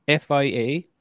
FIA